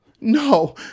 No